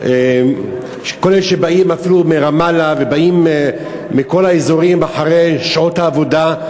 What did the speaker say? כל אלה שבאים אפילו מרמאללה ובאים מכל האזורים אחרי שעות העבודה,